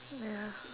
ya